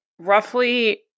Roughly